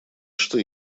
что